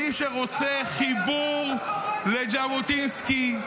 מי שרוצה חיבור לז'בוטינסקי,